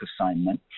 assignment